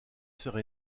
sœurs